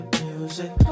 music